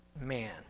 Man